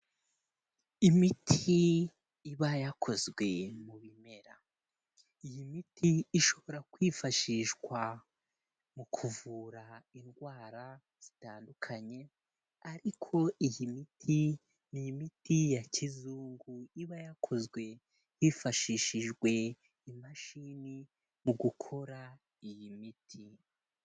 Imiti iba yakozwe mu bimera. Iyi miti ishobora kwifashishwa mu kuvura indwara zitandukanye ariko iyi miti ni imiti ya kizungu, iba yakozwe hifashishijwe imashini mu gukora iyi miti.